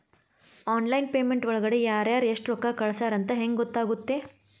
Online payment ಒಳಗಡೆ ಯಾರ್ಯಾರು ಎಷ್ಟು ರೊಕ್ಕ ಕಳಿಸ್ಯಾರ ಅಂತ ಹೆಂಗ್ ಗೊತ್ತಾಗುತ್ತೆ?